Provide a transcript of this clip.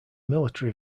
military